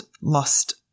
lost